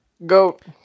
Goat